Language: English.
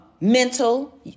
mental